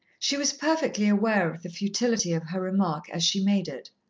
she was perfectly aware of the futility of her remark as she made it,